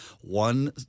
one